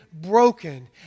broken